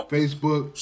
Facebook